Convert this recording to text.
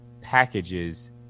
packages